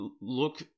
look